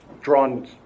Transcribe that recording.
drawn